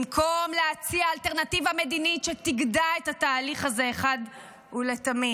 במקום להציע אלטרנטיבה מדינית שתגדע את התהליך הזה אחת ולתמיד.